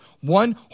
one